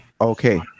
okay